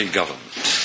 government